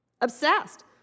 Obsessed